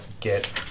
get